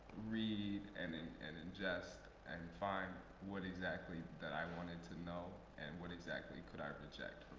read and and and ingest and find what exactly that i wanted to know and what exactly could i reject